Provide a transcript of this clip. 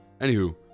Anywho